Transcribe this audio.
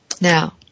Now